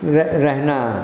रह रहना